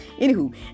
Anywho